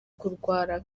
kurwara